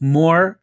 more